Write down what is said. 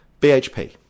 BHP